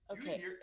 okay